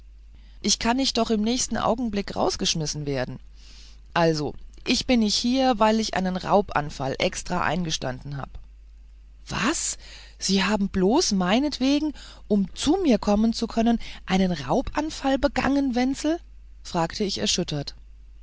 ich kann ich doch im näxen augenblick herausgeschmissen werden also ich bin ich hier weil ich einen raubanfall extra eingestanden hab was sie haben bloß meinetwegen und um zu mir kommen zu können einen raubanfall begangen wenzel fragte ich erschüttert